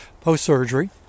post-surgery